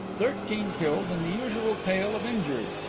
thirteen killed and the usual tale of injured.